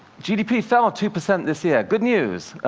gdp fell two percent this year. good news!